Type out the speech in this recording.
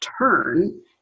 turn